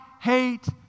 hate